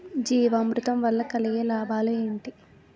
జీవామృతం వల్ల కలిగే లాభాలు ఏంటి?